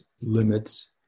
limits